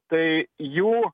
tai jų